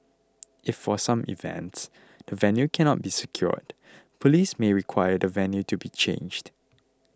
if for some events the venue cannot be secured police may require the venue to be changed